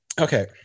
okay